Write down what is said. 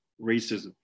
racism